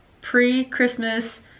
pre-christmas